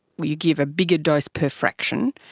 where you give a bigger dose per fraction,